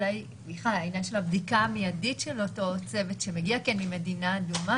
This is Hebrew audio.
העניין של הבדיקה המיידית של אותו צוות שמגיע ממדינה אדומה,